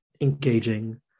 engaging